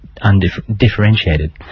undifferentiated